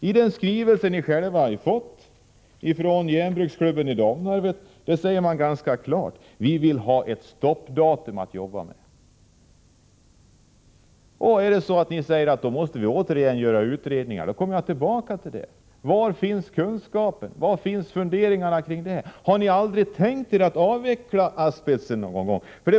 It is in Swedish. I den skrivelse regeringen har fått från järnbruksklubben i Domnarvet säger man ganska klart att man vill ha ett löfte om ett bestämt datum då det blir ett stopp för användningen av asbest. Om ni då säger att vi återigen måste göra utredningar, kommer jag tillbaka till frågorna: Var finns kunskapen? Var finns tankarna kring detta? Har ni inte tänkt avveckla användandet av asbest någon gång?